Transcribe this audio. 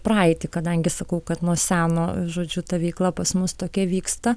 praeitį kadangi sakau kad nuo seno žodžiu ta veikla pas mus tokia vyksta